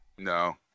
No